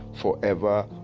forever